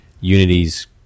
Unity's